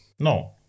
No